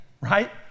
right